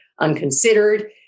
unconsidered